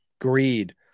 greed